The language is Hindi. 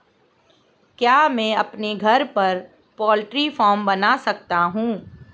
क्या मैं अपने घर पर पोल्ट्री फार्म बना सकता हूँ?